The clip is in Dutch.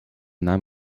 naam